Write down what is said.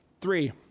Three